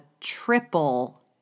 triple